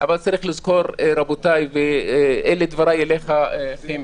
אבל צריך לזכור, רבותיי, ואלה דבריי אליך, חימי: